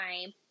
time